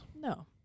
No